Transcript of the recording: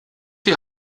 die